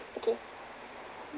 okay